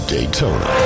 Daytona